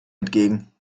entgegen